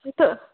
दह